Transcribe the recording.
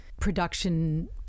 production